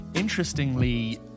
Interestingly